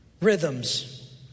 rhythms